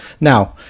Now